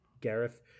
Gareth